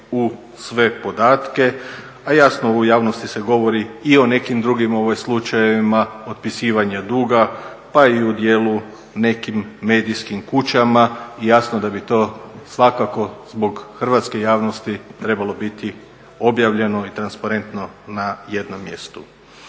u sve podatke a jasno u javnosti se govori i o nekim drugim slučajevima otpisivanja duga pa i u dijelu nekim medijskim kućama i jasno da bi to svakako zbog hrvatske javnosti trebalo biti objavljeno i transparentno na jednom mjestu.